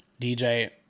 DJ